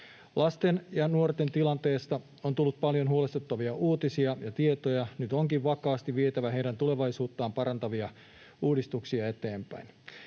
Lasten ja nuorten tilanteesta on tullut paljon huolestuttavia uutisia ja tietoja. Nyt onkin vakaasti vietävä heidän tulevaisuuttaan parantavia uudistuksia eteenpäin.